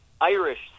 Irish